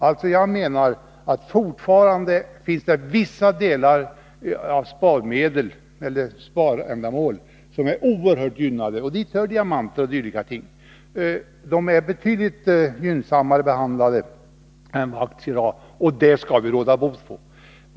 Vissa sparända mål är fortfarande oerhört gynnade, t.ex. diamanter och dylikt. De är betydligt gynnsammare behandlade än aktier. Det skall vi råda bot på.